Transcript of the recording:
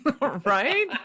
right